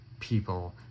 people